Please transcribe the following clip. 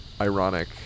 ironic